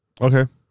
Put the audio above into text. Okay